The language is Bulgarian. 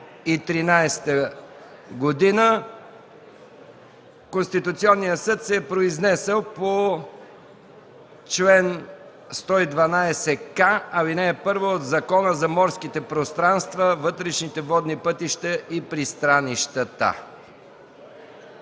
2013 г. Конституционният съд се е произнесъл по чл. 112к, ал. 1 от Закона за морските пространства, вътрешните водни пътища и пристанищата.